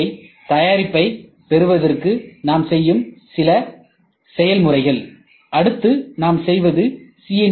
இவை தயாரிப்பை பெறுவதற்கு நாம் செய்யும் சில செயல்முறைகள் அடுத்து நாம் செய்வது சி